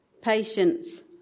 patience